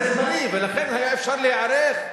זה זמני ולכן היה אפשר להיערך,